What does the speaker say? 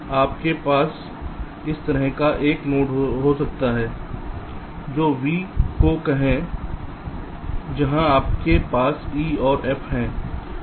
जब आपके पास इस तरह का नोड होता है तो V को कहें जहां आपके पास e और f है